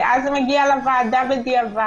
ואז זה מגיע לוועדה בדיעבד,